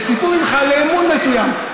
וציפו ממך לאמון מסוים.